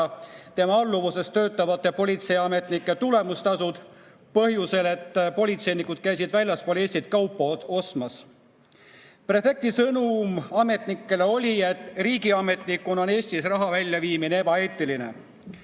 tema alluvuses töötavate politseiametnike tulemustasud põhjusel, et politseinikud käisid väljaspool Eestit kaupa ostmas. Prefekti sõnum ametnikele oli, et riigiametnikuna on Eestist raha välja viimine ebaeetiline.